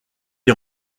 des